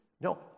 No